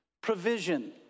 provision